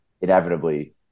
inevitably